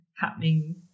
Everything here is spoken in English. happening